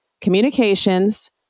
communications